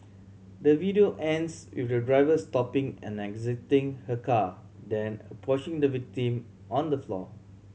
the video ends with the driver stopping and exiting her car then approaching the victim on the floor